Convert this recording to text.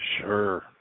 Sure